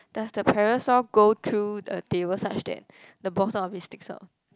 does the parasol go through a table such that the bottom of it sticks out